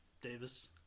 Davis